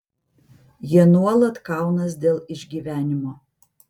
jie nuolat kaunas dėl išgyvenimo